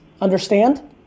understand